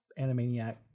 Animaniac